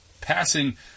passing